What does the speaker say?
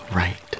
right